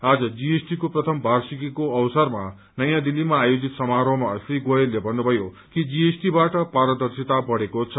आज जीएसटी को प्रथम वार्षिकीको अवसरमा नयाँ दिल्लीमा आयोजित समारोहमा श्री गोयलले भन्नुभयो कि जीएसटी बाट पारदर्शी बढ़ेको छ